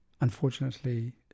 unfortunately